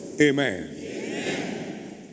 Amen